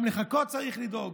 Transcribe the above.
גם לחכות צריך לדאוג,